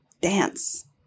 dance